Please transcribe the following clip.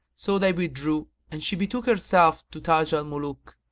so they withdrew and she betook herself to taj al-muluk,